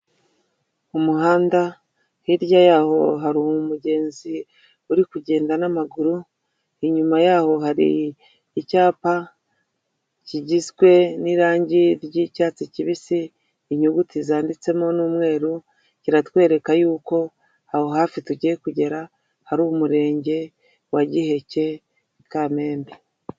Umuhanda, hirya yawo hari umugenzi uri kugenda n'amaguru, inyuma yaho hari icyapa kigizwe n'irangi ry'icyatsi kibisi, inyuguti zanditsemo n'umweru, kiratwereka yuko aho hafi tugiye kugera hari umurenge wa Giheke i Kamembe.